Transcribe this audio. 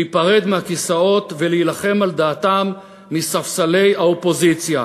להיפרד מהכיסאות ולהילחם על דעתם מספסלי האופוזיציה,